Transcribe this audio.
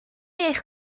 eich